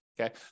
Okay